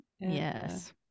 yes